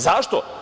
Zašto?